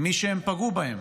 למי שהם פגעו בהם,